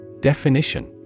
DEFINITION